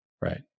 Right